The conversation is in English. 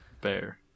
bear